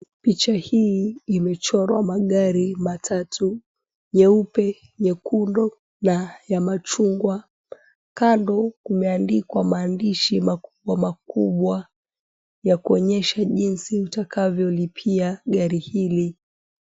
Picha hii imechorwa magari matatu nyeupe, nyekundu na ya machungwa, kando kumeandikwa maandishi makubwa makubwa ya kuonyesha jinsi utakavyolipia gari hili.